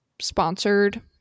sponsored